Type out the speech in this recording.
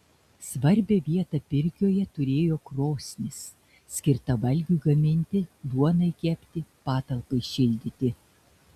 svarbią vietą pirkioje turėjo krosnis skirta valgiui gaminti duonai kepti patalpai šildyti